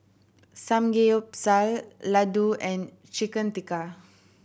Samgeyopsal Ladoo and Chicken Tikka